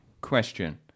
question